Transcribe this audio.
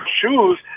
shoes